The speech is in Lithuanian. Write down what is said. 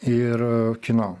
ir kino